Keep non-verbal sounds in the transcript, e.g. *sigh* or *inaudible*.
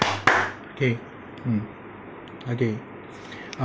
okay mm okay *breath*